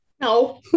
no